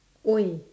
!oi!